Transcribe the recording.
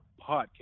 podcast